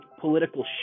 political